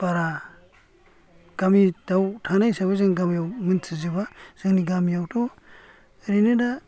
बारा गामियाव थानाय हिसाबै जोङो गामियाव मोनथिजोबा जोंनि गामियावथ' ओरैनो दा